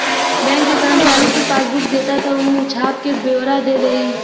bank के करमचारी के पासबुक देबा त ऊ छाप क बेओरा दे देई